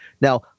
Now